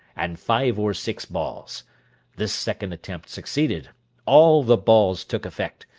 and five or six balls this second attempt succeeded all the balls took effect,